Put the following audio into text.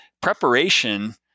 preparation